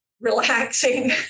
relaxing